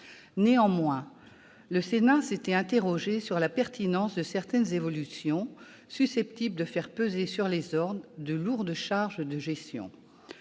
Néanmoins, le Sénat s'était interrogé sur la pertinence de certaines évolutions, susceptibles de faire peser sur les ordres de lourdes charges de gestion.